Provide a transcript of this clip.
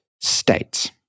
States